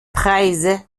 preise